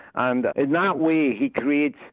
and in that way he creates,